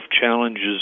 challenges